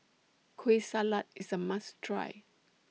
Kueh Salat IS A must Try